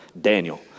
Daniel